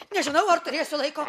nežinau ar turėsiu laiko